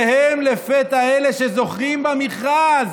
והם לפתע אלה שזוכים במכרז